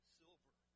silver